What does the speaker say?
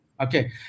Okay